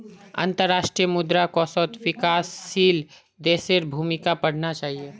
अंतर्राष्ट्रीय मुद्रा कोषत विकासशील देशेर भूमिका पढ़ना चाहिए